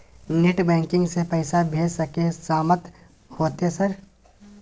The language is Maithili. नेट बैंकिंग से पैसा भेज सके सामत होते सर?